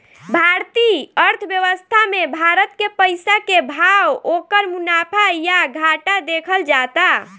भारतीय अर्थव्यवस्था मे भारत के पइसा के भाव, ओकर मुनाफा या घाटा देखल जाता